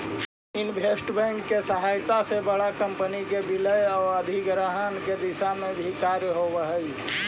investment bank के सहायता से बड़ा कंपनी के विलय आउ अधिग्रहण के दिशा में भी कार्य होवऽ हइ